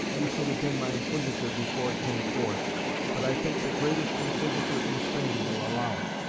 you should have been my inquisitor before it came forth but i think the greatest inquisitor in spain will allow it.